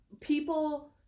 people